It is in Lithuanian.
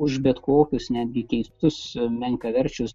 už bet kokius netgi keistus menkaverčius